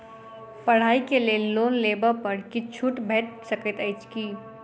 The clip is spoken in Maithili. पढ़ाई केँ लेल लोन लेबऽ पर किछ छुट भैट सकैत अछि की?